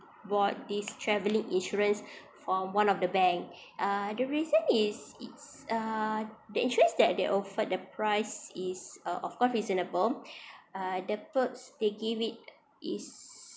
bought this travelling insurance from one of the bank uh the reason is it's uh the interest that they offered the price is uh of course reasonable uh the perks they give it is